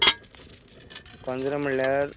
पंदरा म्हळ्यार